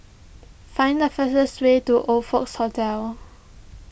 find the fastest way to Oxfords Hotel